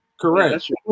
Correct